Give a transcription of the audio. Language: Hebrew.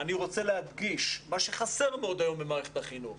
אני רוצה להדגיש שמה שהיום חסר מאוד במערכת החינוך,